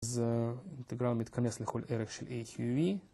זה אינטגרל מתכנס לכל ערך של AQE